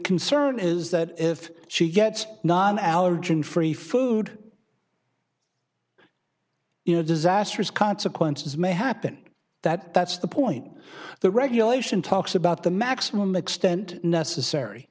concern is that if she gets nine allergen free food in a disastrous consequences may happen that that's the point the regulation talks about the maximum extent necessary